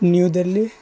new Delhi